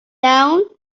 down